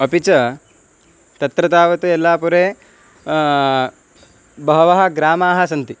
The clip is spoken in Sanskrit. अपि च तत्र तावत् एल्लापुरे बहवः ग्रामाः सन्ति